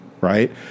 Right